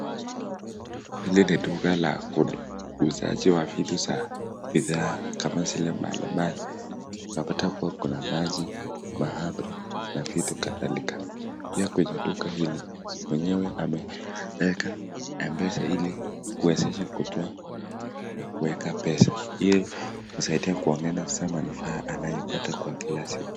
Hii ni duka la uuzaji wa bidhaa kama zile mbalimbali tunapata kuwa kuna maji mahamri na vitu kadhalika pia kwenye duka hili mwenyewe ameweka mpesa ili kuwezesha kutoka na kuweka pesa ili kuwezesha kupata manufaa anayopata kila siku.